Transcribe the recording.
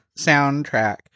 soundtrack